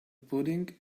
pudding